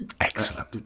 Excellent